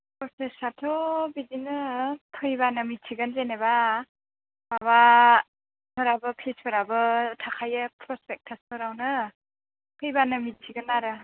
प्रसेसाथ' बिदिनो फैब्लानो मिथिगोन जेन'बा माबा फोराबो फिसफोराबो थाखायो प्रसपेक्टासफोरावनो फैब्लानो मिथिगोन आरो